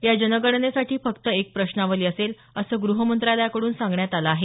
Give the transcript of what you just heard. या जनगणनेसाठी फक्त एक प्रश्नावली असेल असं ग्रहमंत्रालयाकडून सांगण्यात आलं आहे